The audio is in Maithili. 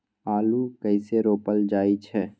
आलू कइसे रोपल जाय छै?